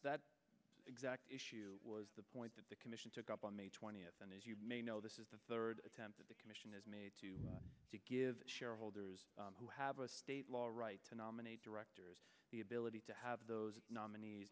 that exact issue was the point that the commission took up on may twentieth and as you may know this is the third attempt at the commission is made to give shareholders who have a state law right to nominate directors the ability to have those nominees